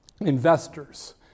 investors